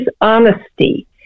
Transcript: honesty